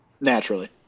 naturally